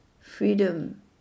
freedom